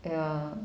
ya